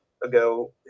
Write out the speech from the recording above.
ago